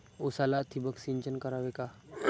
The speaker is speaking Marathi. उसाला ठिबक सिंचन करावे का?